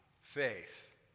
faith